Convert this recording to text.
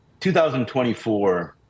2024